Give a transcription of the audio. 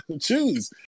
choose